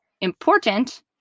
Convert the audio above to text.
important